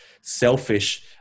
selfish